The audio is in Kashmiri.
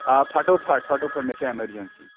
آ فَٹوفَٹ فٹوفَٹ مےٚ چھَ ایمَرجَنسی